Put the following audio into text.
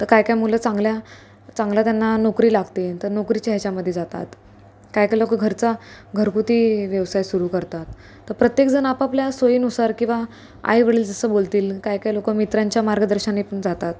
तर काय काय मुलं चांगल्या चांगल्या त्यांना नोकरी लागते तर नोकरीच्या ह्याच्यामध्ये जातात काय काय लोक घरचा घरगुती व्यवसाय सुरू करतात तर प्रत्येक जण आपापल्या सोयीनुसार किंवा आई वडील जसं बोलतील काय काय लोक मित्रांच्या मार्गदर्शनाने पण जातात